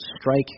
strike